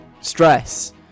stress